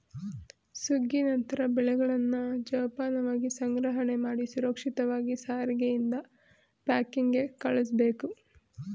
ಸುಗ್ಗಿ ನಂತ್ರ ಬೆಳೆಗಳನ್ನ ಜೋಪಾನವಾಗಿ ಸಂಗ್ರಹಣೆಮಾಡಿ ಸುರಕ್ಷಿತವಾಗಿ ಸಾರಿಗೆಯಿಂದ ಪ್ಯಾಕಿಂಗ್ಗೆ ಕಳುಸ್ಬೇಕು